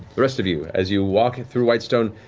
the rest of you, as you walk through whitestone,